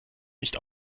nicht